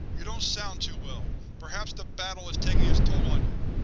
you don't sound too well. perhaps the battle has taken its toll on you!